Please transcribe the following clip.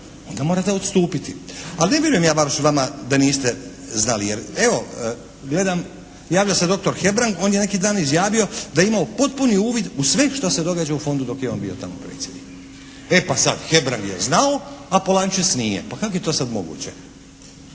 onda morate odstupiti. Ali ne vjerujem ja baš vama da niste znali. Jer evo gledam javlja se doktor Hebrang, on je neki dan izjavio da je imao potpuni uvid u sve što se događa u Fondu dok je on bio tamo predsjednik. E pa sad, Hebrang je znao, a Polančec nije. Pa kako je to sad moguće?